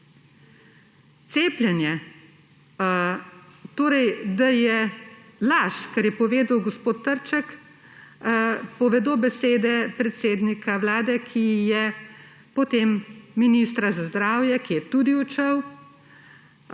Cepljenje. Da je laž, kar je povedal gospod Trček, povedo besede predsednika Vlade, ki je potem ministra za zdravje, ki je tudi odšel,